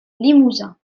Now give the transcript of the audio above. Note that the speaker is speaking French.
limousin